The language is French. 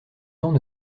temps